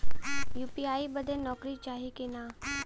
UPI बदे नौकरी चाही की ना?